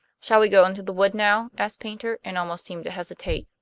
shall we go into the wood now? asked paynter, and almost seemed to hesitate.